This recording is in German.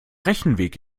rechenweg